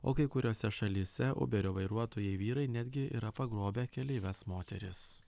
o kai kuriose šalyse uberio vairuotojai vyrai netgi yra pagrobę keleives moteris